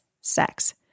sex